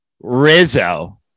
Rizzo